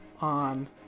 on